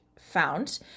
found